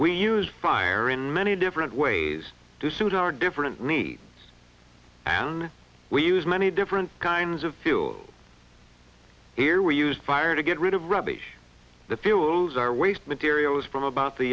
we use fire in many different ways to suit our different me on we use many different kinds of fuel here we use fire to get rid of rubbish the fuels our waste materials from about the